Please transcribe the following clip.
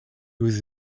was